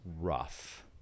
rough